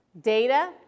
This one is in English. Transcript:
Data